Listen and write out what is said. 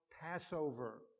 Passover